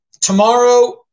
tomorrow